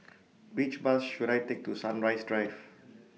Which Bus should I Take to Sunrise Drive